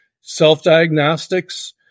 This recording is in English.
self-diagnostics